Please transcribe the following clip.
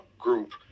group